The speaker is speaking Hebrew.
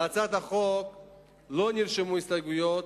להצעת החוק לא נרשמו הסתייגויות,